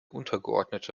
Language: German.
untergeordnete